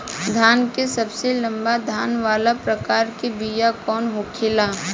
धान के सबसे लंबा दाना वाला प्रकार के बीया कौन होखेला?